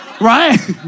right